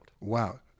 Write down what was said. Wow